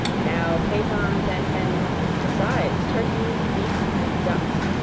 now capons and hens, besides turkeys, geese, and ducks,